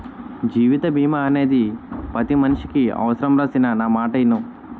జీవిత బీమా అనేది పతి మనిసికి అవుసరంరా సిన్నా నా మాటిను